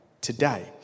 today